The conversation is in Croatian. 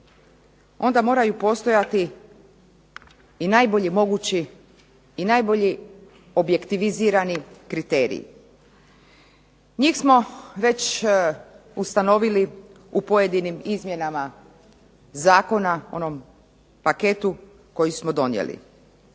onda moraju postojati i najbolji mogući i najbolji objektivizirani kriteriji. Njih smo već ustanovili u pojedinim izmjenama zakona, onom paketu koji smo donijeli.